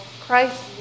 Christ